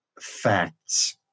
facts